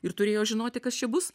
ir turėjo žinoti kas čia bus